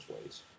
ways